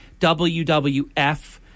WWF